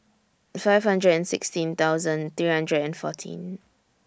five hundred and sixteen thousand three hundred and fourteen